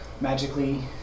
magically